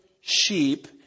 sheep